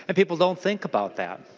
and people don't think about that.